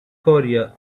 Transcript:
korea